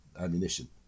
ammunition